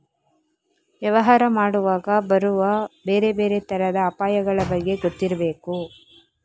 ವ್ಯವಹಾರ ಮಾಡುವಾಗ ಬರುವ ಬೇರೆ ಬೇರೆ ತರದ ಅಪಾಯಗಳ ಬಗ್ಗೆ ಗೊತ್ತಿರ್ಬೇಕು